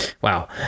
wow